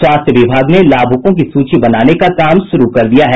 स्वास्थ्य विभाग ने लाभूकों की सूची बनाने का काम शुरू कर दिया है